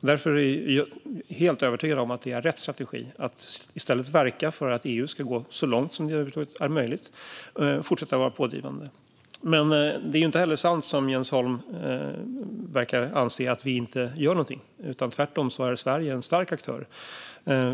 Därför är jag helt övertygad om att det är rätt strategi att i stället verka för att EU ska gå så långt som det över huvud taget är möjligt och fortsätta vara pådrivande. Det är inte heller sant, som Jens Holm verkar anse, att vi inte gör någonting. Tvärtom är Sverige en stark aktör.